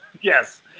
Yes